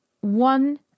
one